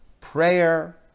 prayer